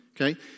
Okay